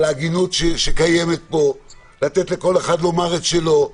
על ההגינות שקיימת כאן, לתת לכל אחד לומר את שלו,